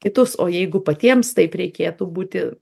kitus o jeigu patiems taip reikėtų būti